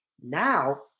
now